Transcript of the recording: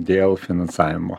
dėl finansavimo